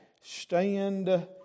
stand